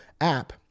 app